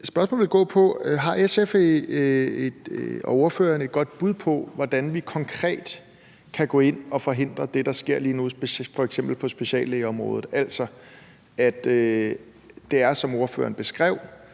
spørgsmål vil gå på, om SF og ordføreren har et godt bud på, hvordan vi konkret kan gå ind at forhindre det, der sker lige nu på f.eks. speciallægeområdet, altså at det, som ordføreren beskrev